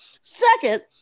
Second